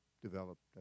developed